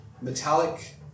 metallic